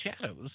shadows